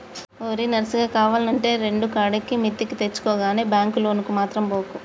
ఓరి నర్సిగా, కావాల్నంటే రెండుకాడికి మిత్తికి తెచ్చుకో గని బాంకు లోనుకు మాత్రం బోకు